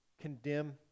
condemn